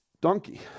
donkey